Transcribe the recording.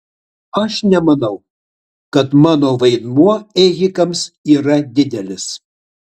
aš nemanau kad mano vaidmuo ėjikams yra didelis